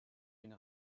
une